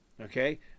okay